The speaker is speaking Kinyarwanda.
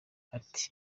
ati